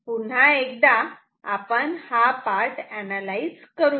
पुन्हा एकदा आपण हा पार्ट अनालाइज करूयात